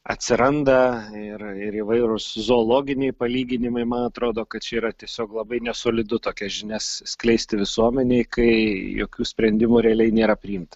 atsiranda ir ir įvairūs zoologiniai palyginimai man atrodo kad čia yra tiesiog labai nesolidu tokias žinias skleisti visuomenei kai jokių sprendimų realiai nėra priimta